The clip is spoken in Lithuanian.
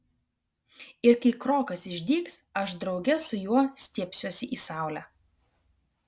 ir kai krokas išdygs aš drauge su juo stiebsiuosi į saulę